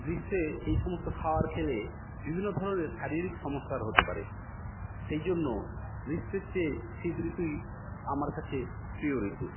গ্রীষ্মে এই সমস্ত খাওয়ার খেলে বিভিন্ন ধরনের শারীরিক সমস্যার হতে পারে সেইজন্য গ্রীষ্মের চেয়ে শীত ঋতুই আমার কাছে প্রিয় ঋতু